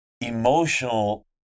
emotional